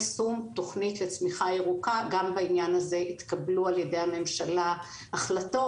יישום תוכנית לצמיחה ירוקה גם בעניין הזה התקבלו על ידי הממשלה החלטות,